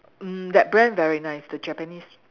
mm that brand very nice the Japanese